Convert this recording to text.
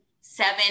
seven